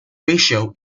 ratio